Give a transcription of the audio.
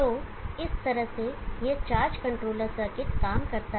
तो इस तरह से यह चार्ज कंट्रोलर सर्किट काम करता है